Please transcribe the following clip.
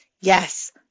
Yes